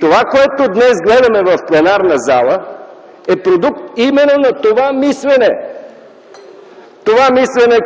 Това, което днес гледаме в пленарната зала, е продукт именно на това мислене,